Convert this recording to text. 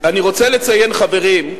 אני רוצה לציין, חברים,